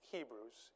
Hebrews